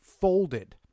folded